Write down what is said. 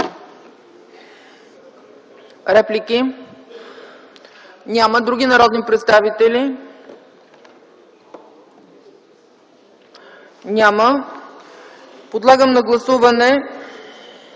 Реплики? Няма. Други народни представители? Няма. Подлагам на гласуване